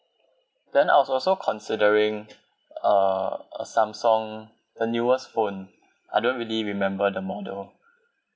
then I was also considering uh a samsung the newest phone I don't really remember the model